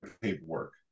paperwork